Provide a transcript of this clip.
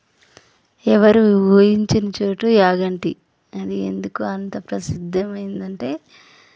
ఎవరూ ఊహించని చోటు యాగంటి అది ఎందుకు అంత ప్రసిద్ధమైందంటే